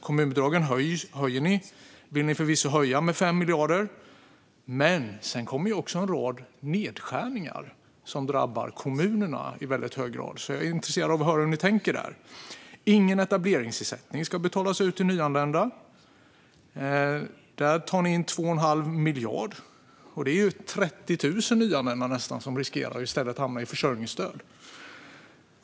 Kommunbidragen vill ni visserligen höja med 5 miljarder, Oscar Sjöstedt, men sedan kommer även en rad nedskärningar som i hög grad drabbar kommunerna. Jag är därför intresserad av att höra hur ni tänker. Ingen etableringsersättning ska betalas ut till nyanlända; där tar ni in 2 1⁄2 miljard. Det är nästan 30 000 nyanlända som riskerar att hamna i försörjningsstöd.